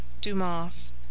Dumas